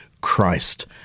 Christ